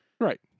Right